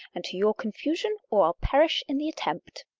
and to your confusion, or i'll perish in the attempt.